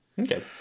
Okay